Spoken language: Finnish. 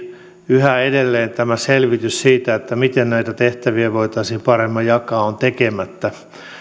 yhä edelleen tämä selvitys siitä miten näitä tehtäviä voitaisiin paremmin jakaa on tekemättä